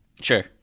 Sure